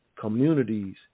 communities